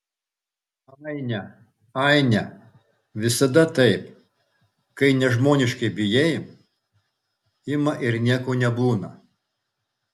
aine aine visada taip kai nežmoniškai bijai ima ir nieko nebūna